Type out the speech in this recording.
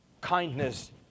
kindness